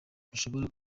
ntushobora